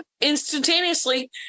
instantaneously